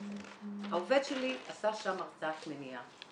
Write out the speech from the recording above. העובד שלי עשה שם הרצאת מניעה.